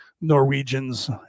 Norwegians